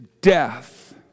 death